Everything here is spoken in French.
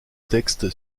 texte